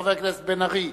חבר הכנסת בן-ארי,